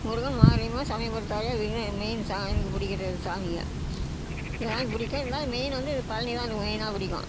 முருகன் மாரியம்மா சமயபுரத் தாயார் இவங்க தான் என் மெயின் சா எனக்கு பிடிக்கிறது சாமிக சாமி பிடிக்கும் இருந்தாலும் மெயின் வந்து பழனி தான் எனக்கு மெயினாக பிடிக்கும்